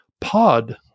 pod